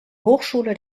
hochschule